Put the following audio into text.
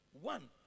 One